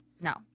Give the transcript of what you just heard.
No